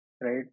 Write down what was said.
right